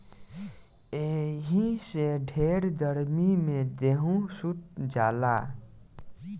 एही से ढेर गर्मी मे गेहूँ सुख जाला